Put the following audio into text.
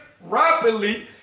rapidly